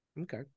okay